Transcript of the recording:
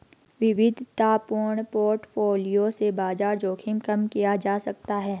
विविधतापूर्ण पोर्टफोलियो से बाजार जोखिम कम किया जा सकता है